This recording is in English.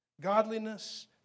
godliness